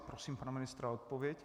Prosím pana ministra o odpověď.